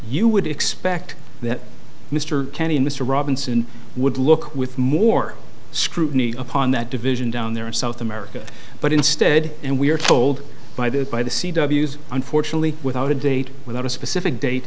you would expect that mr kenyon mr robinson would look with more scrutiny upon that division down there in south america but instead and we are told by the by the c w unfortunately without a date without a specific date